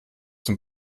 dem